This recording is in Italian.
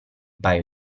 paio